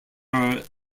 are